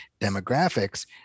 demographics